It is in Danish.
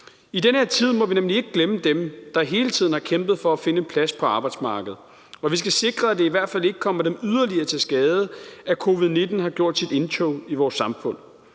I den her tid må vi nemlig ikke glemme dem, der hele tiden har kæmpet for at finde en plads på arbejdsmarkedet, og vi skal sikre, at det i hvert fald ikke kommer dem yderligere til skade, at covid-19 har gjort sit indtog i vores samfund.